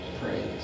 praise